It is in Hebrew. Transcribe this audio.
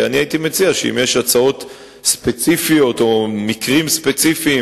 אני הייתי מציע שאם יש הצעות ספציפיות או מקרים ספציפיים